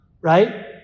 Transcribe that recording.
right